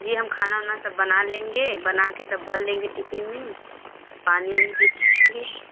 जी हम खाना उना सब बाना लेंगे बना के सब भर लेंगे टिपिन में पानी उनी भी ले लेंगे